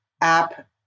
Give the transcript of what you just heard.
app